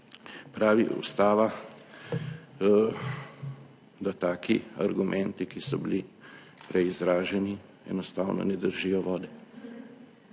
pravi Ustava, da taki argumenti, ki so bili prej izraženi, enostavno ne držijo vode.